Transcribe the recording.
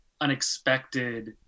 unexpected